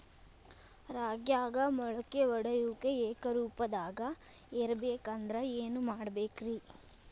ರಾಗ್ಯಾಗ ಮೊಳಕೆ ಒಡೆಯುವಿಕೆ ಏಕರೂಪದಾಗ ಇರಬೇಕ ಅಂದ್ರ ಏನು ಮಾಡಬೇಕ್ರಿ?